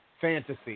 fantasy